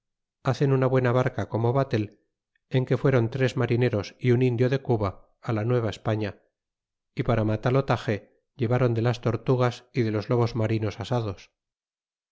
hacen una buena barca como batel en que fueron tres marineros é un indio de cuba la nueva españa y para matalotaje llevron de las tortugas y de los lobos marinos asados